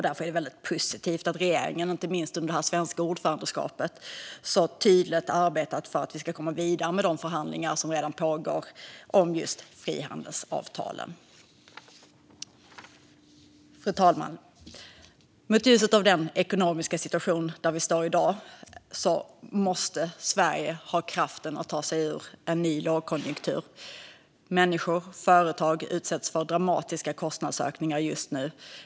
Därför är det väldigt positivt att regeringen, inte minst under det svenska ordförandeskapet, så tydligt arbetat för att vi ska komma vidare med de förhandlingar som redan pågår om frihandelsavtal. Fru talman! I ljuset av den ekonomiska situation där vi står måste Sverige ha kraften att ta sig ur en ny lågkonjunktur. Människor och företag utsätts för dramatiska kostnadsökningar just nu.